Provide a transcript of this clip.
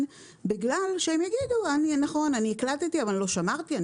כי הם יגידו: הקלטתי אבל לא שמרתי,